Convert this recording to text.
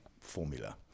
formula